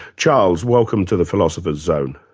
charles, welcome to the philosopher's zone.